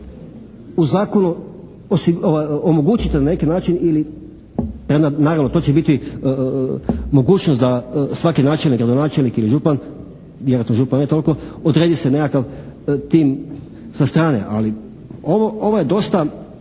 u zakonu omogućiti na neki način ili, naravno to će biti mogućnost da svaki načelnik, gradonačelnik ili župan, vjerojatno župan ne toliko, odredi se nekakv tim sa strane, ali ovo, ovo je dosta